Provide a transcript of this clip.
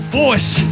Voice